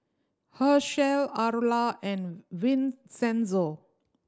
Hershell Arla and Vincenzo